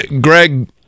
Greg